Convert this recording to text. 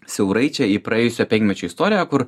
siaurai čia į praėjusio penkmečio istoriją kur